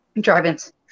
drive-ins